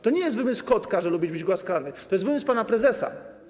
To nie jest wymysł kotka, że lubi być głaskany, to jest wymysł pana prezesa.